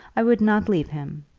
i would not leave him.